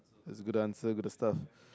is good answer good stuff